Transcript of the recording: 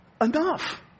enough